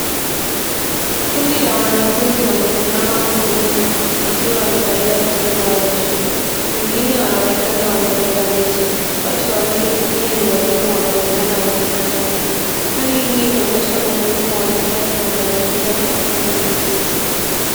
Kundi la wanafunzi wamesimama huku nyuma wakiwa wamevalia sare zao za shule wengine wanaonekana wamebeba miche watu wawili pengine ni walimu wanaonekana wakipanda miti hali hii inaonyesha umuhimu wa uhifadhi wa mazingira kwa kupanda miti.